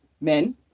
Men